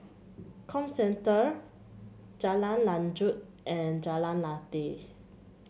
Comcentre Jalan Lanjut and Jalan Lateh